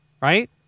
right